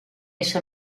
esa